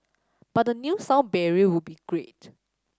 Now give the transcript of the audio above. but a new sound barrier would be great